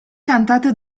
cantate